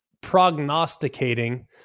prognosticating